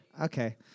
Okay